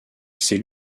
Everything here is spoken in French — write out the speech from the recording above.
c’est